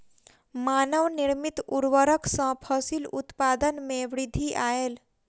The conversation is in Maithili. मानव निर्मित उर्वरक सॅ फसिल उत्पादन में वृद्धि आयल